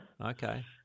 Okay